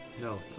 No